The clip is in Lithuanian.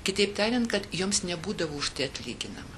kitaip tariant kad joms nebūdavo už tai atlyginama